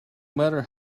matter